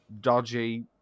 dodgy